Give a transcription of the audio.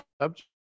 subject